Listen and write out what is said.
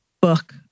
book